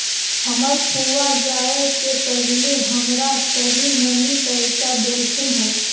हमर फुआ जाए से पहिले हमरा तनी मनी पइसा डेलथीन हल